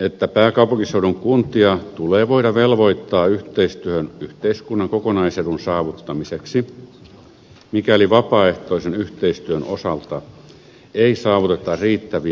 että pääkaupunkiseudun kuntia tulee voida velvoittaa yhteistyöhön yhteiskunnan kokonaisedun saavuttamiseksi mikäli vapaaehtoisen yhteistyön osalta ei saavuteta riittäviä tuloksia